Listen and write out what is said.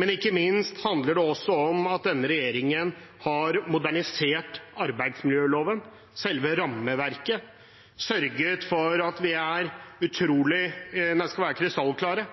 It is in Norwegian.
Men ikke minst handler det også om at denne regjeringen har modernisert arbeidsmiljøloven, selve rammeverket, sørget for at vi er krystallklare